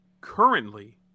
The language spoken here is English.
currently